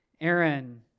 Aaron